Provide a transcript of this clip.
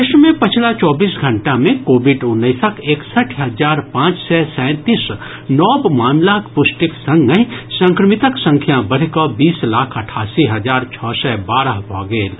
देश मे पछिला चौबीस घंटा मे कोविड उन्नैसक एकसठि हजार पांच सय सैंतीस नव मामिलाक पुष्टिक संगहि संक्रमितक संख्या बढ़िकऽ बीस लाख अठासी हजार छओ सय बारह भऽ गेल अछि